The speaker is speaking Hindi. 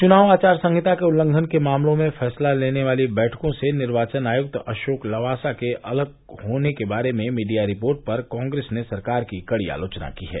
चुनाव आचार संहिता के उल्लंघन के मामलों में फैसला लेने वाली बैठकों से निर्वाचन आयुक्त अशोक लवासा के अलग होने के बारे में मीडिया रिपोर्ट पर कांग्रेस ने सरकार की कड़ी आलोचना की है